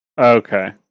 Okay